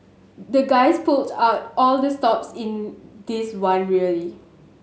the guys pulled out all the stops in this one really